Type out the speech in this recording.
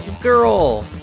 girl